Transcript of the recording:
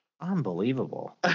Unbelievable